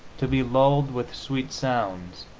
to be lulled with sweet sounds,